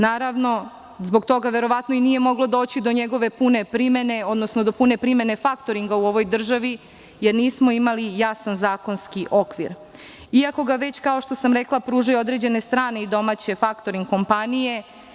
Naravno, zbog toga verovatno nije ni moglo doći do njegove pune primene, odnosno do pune primene faktoringa u ovoj državi jer nismo imali jasan zakonski okvir iako ga već, kao što sam rekla pružaju određene strane i domaće faktoring kompanije.